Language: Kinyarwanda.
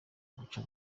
guca